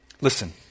Listen